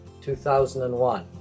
2001